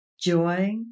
Joy